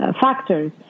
factors